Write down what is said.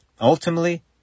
Ultimately